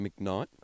McKnight